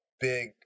big